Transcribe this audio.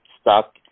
stuck